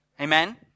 Amen